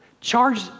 charge